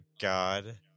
god